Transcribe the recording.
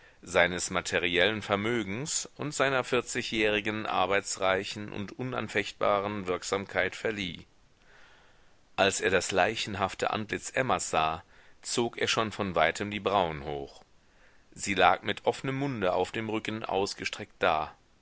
seines materiellen vermögens und seiner vierzigjährigen arbeitsreichen und unanfechtbaren wirksamkeit verlieh als er das leichenhafte antlitz emmas sah zog er schon von weitem die brauen hoch sie lag mit offnem munde auf dem rücken ausgestreckt da